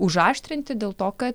užaštrinti dėl to ka